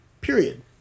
period